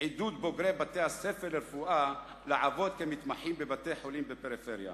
עידוד בוגרי בתי-הספר לרפואה לעבוד כמתמחים בבתי-חולים בפריפריה.